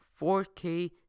4K